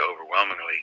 overwhelmingly